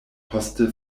poste